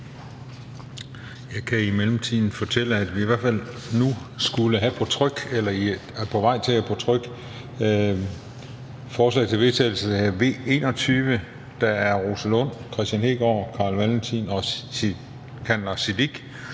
Jeg kan i mellemtiden fortælle, at vi i hvert fald nu skulle være på vej til at have følgende på tryk: forslag til vedtagelse nr. V 21 af Rosa Lund, Kristian Heegaard, Carl Valentin og Sikandar